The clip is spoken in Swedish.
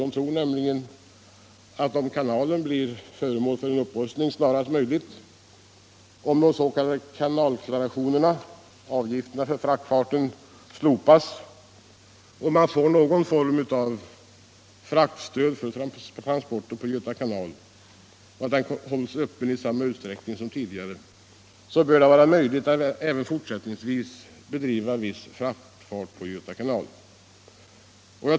De tror nämligen att om kanalen blir föremål för en upprustning snarast möjligt, om de s.k. kanalklarationerna — avgifterna för fraktfarten — slopas och om man får någon form av fraktstöd för transporter på Göta kanal och den kommer att hållas öppen i samma utsträckning som tidigare, så bör det vara möjligt att även fortsättningsvis bedriva en viss fraktfart på Göta kanal.